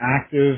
active